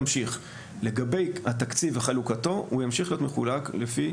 לגבי התקציב וחלוקתו, הוא ימשיך להיות מחולק לפי